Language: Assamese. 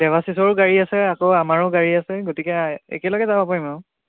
দেৱাশীষৰো গাড়ী আছে আকৌ আমাৰো গাড়ী আছে গতিকে একেলগে যাম পাৰিম আৰু